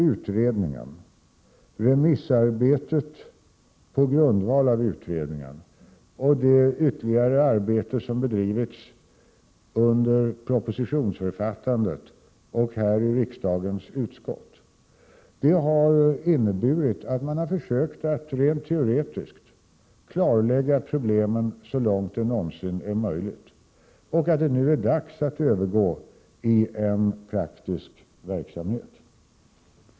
Utredningen, remissarbetet på grundval av utredningen och det ytterligare arbete som bedrivits under propositionsförfattandet och här i riksdagens utskott har inneburit att man på olika håll försökt klarlägga problemen så långt detta någonsin är möjligt. Nu är det dags att övergå till praktisk verksamhet.